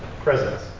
Presence